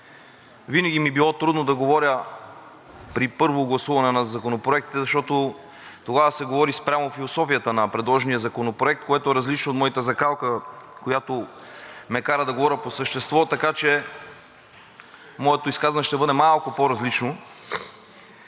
винаги ми е било трудно да говоря при първо гласуване на законопроекта, защото тогава се говори спрямо философията на предложения законопроект, което е различно от моята закалка, която ме кара да говоря по същество, така че моето изказване ще бъде малко по-различно.